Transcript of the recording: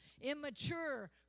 immature